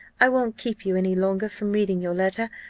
i won't keep you any longer from reading your letter,